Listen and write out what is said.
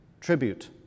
tribute